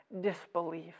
disbelief